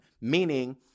Meaning